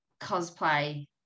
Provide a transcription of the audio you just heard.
cosplay